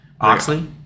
Oxley